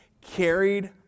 carried